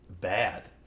bad